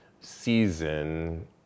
season